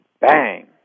bang